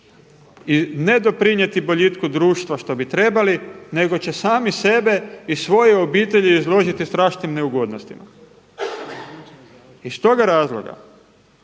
i ne doprinijeti boljitku društva što bi trebali nego će sami sebe i svoju obitelji izložiti strašnim neugodnostima. Iz toga razloga